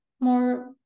more